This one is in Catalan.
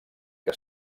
que